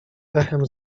echem